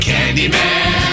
Candyman